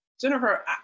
Jennifer